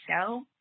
show